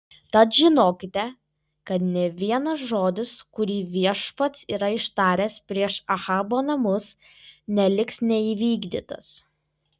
tad žinokite kad nė vienas žodis kurį viešpats yra ištaręs prieš ahabo namus neliks neįvykdytas